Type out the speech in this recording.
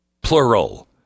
plural